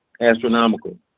astronomical